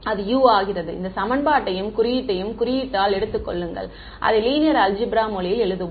அது u ஆகிறது இந்த சமன்பாட்டையும் குறியீட்டையும் குறியீட்டால் எடுத்துக் கொள்ளுங்கள் அதை லீனியர் அல்ஜிப்ரா மொழியில் எழுதுவோம்